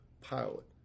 pilot